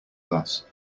glass